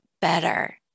better